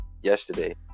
yesterday